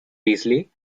beasley